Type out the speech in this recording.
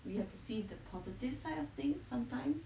we have to see the positive side of things sometimes